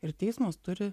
ir teismas turi